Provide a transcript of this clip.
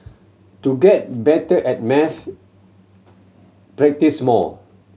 to get better at maths practise more